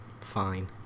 fine